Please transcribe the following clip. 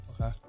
Okay